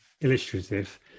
illustrative